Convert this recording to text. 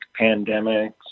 pandemics